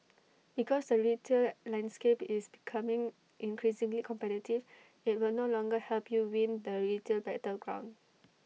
because the retail landscape is becoming increasingly competitive IT will no longer help you win the retail battleground